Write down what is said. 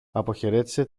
αποχαιρέτησε